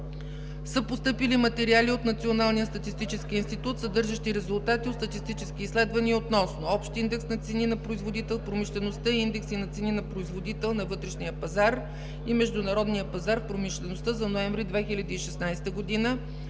са постъпили материали от Националния статистически институт, съдържащи резултати от статистически изследвания относно: общ индекс на цени на производител в промишлеността и индекси на цени на производител на вътрешния пазар и международния пазар в промишлеността за ноември 2016 г.;